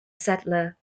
settler